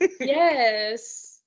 Yes